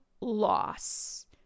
loss